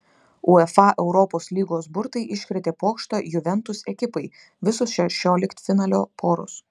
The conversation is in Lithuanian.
uefa europos lygos burtai iškrėtė pokštą juventus ekipai visos šešioliktfinalio poros